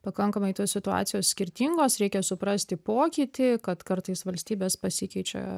pakankamai tos situacijos skirtingos reikia suprasti pokytį kad kartais valstybės pasikeičia